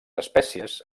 espècies